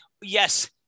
Yes